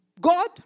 God